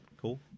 Cool